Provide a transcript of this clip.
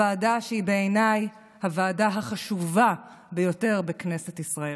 ועדה שהיא בעיניי הוועדה החשובה ביותר בכנסת ישראל.